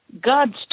God's